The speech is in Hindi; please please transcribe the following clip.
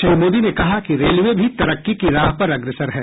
श्री मोदी ने कहा कि रेलवे भी तरक्की की राह पर अग्रसर है